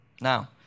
Now